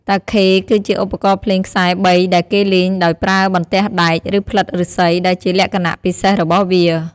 តាខេ គឺជាឧបករណ៍ភ្លេងខ្សែបីដែលគេលេងដោយប្រើបន្ទះដែក ឬផ្លិតឫស្សី ដែលជាលក្ខណៈពិសេសរបស់វា។